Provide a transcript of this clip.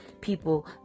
people